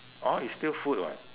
oh it's still food what